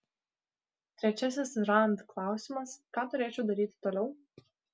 trečiasis rand klausimas ką turėčiau daryti toliau